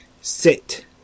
Sit